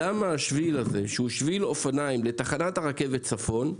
השביל הזה, שהוא שביל אופניים לתחנת הרכבת צפון,